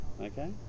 okay